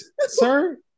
sir